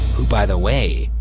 who, by the way,